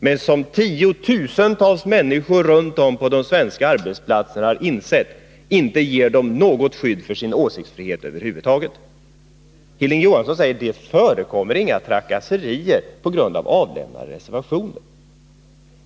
Men tiotusentals människor runt om på de svenska arbetsplatserna har insett att denna reservationsrätt inte ger dem något som helst skydd för sin åsiktsfrihet. Hilding Johansson säger att det inte förekommer några trakasserier på grund av avlämnade reservationer.